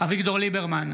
אביגדור ליברמן,